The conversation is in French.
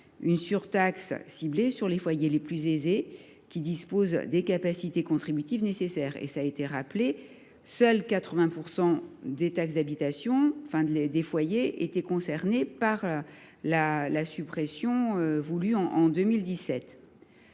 une surtaxe ciblée sur les foyers les plus aisés, qui disposent des capacités contributives nécessaires. Cela a été rappelé : seuls 80 % des foyers étaient initialement concernés par la suppression voulue en 2017.